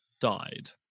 died